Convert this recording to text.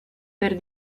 per